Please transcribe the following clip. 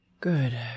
Good